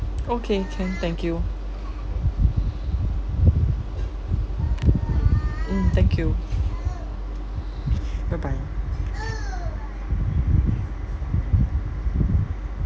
okay can thank you mm thank you bye bye